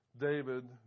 David